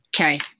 Okay